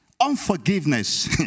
unforgiveness